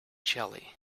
jelly